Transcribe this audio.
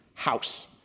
house